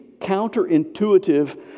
counterintuitive